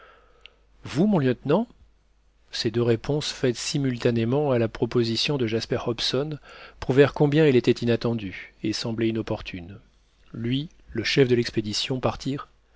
vous mon lieutenant ces deux réponses faites simultanément à la proposition de jasper hobson prouvèrent combien elle était inattendue et semblait inopportune lui le chef de l'expédition partir